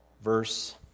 verse